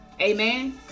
Amen